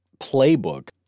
playbook